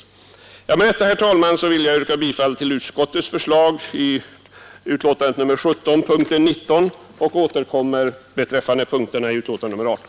nisk utveckling nisk utveckling Med detta, herr talman, vill jag yrka bifall till utskottets förslag på punkten 19 i betänkandet nr 17 och återkommer beträffande punkterna i betänkandet nr 18.